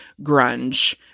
grunge